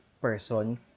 person